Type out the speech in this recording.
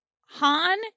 Han